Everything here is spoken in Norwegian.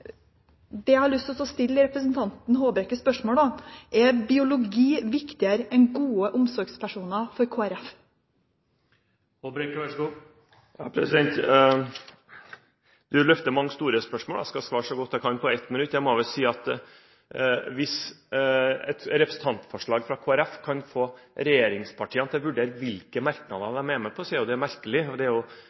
Det jeg har lyst til å stille representanten Håbrekke spørsmål om, er: Er biologi viktigere enn gode omsorgspersoner for Kristelig Folkeparti? Representanten løfter mange store spørsmål. Jeg skal svare så godt jeg kan på ett minutt. Jeg må vel si at hvis et representantforslag fra Kristelig Folkeparti kan få regjeringspartiene til å vurdere hvilke merknader de er med på, er det merkelig, og det